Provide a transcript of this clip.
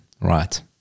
right